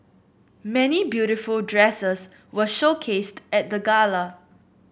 many beautiful dresses were showcased at the gala